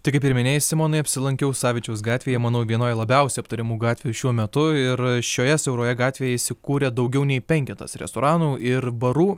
tai kaip ir minėjai simonai apsilankiau savičiaus gatvėje manau vienoje labiausiai aptariamų gatvių šiuo metu ir šioje siauroje gatvėje įsikūrė daugiau nei penketas restoranų ir barų